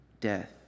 death